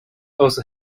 also